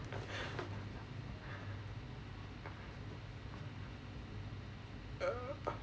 err